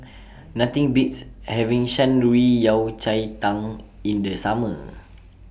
Nothing Beats having Shan Rui Yao Cai Tang in The Summer